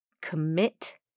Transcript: Commit